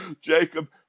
Jacob